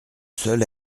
seul